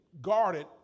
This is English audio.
guarded